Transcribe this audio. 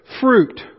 fruit